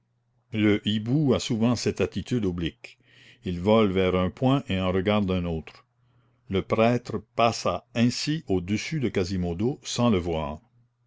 le hibou a souvent cette attitude oblique il vole vers un point et en regarde un autre le prêtre passa ainsi au-dessus de quasimodo sans le voir